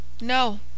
No